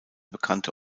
bekannte